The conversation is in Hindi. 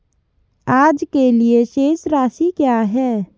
आज के लिए शेष राशि क्या है?